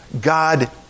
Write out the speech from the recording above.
God